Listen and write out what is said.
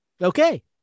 okay